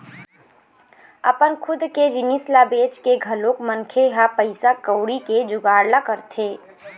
अपन खुद के जिनिस ल बेंच के घलोक मनखे ह पइसा कउड़ी के जुगाड़ ल करथे